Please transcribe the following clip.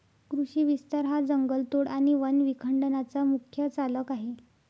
कृषी विस्तार हा जंगलतोड आणि वन विखंडनाचा मुख्य चालक आहे